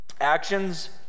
Actions